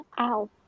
Ow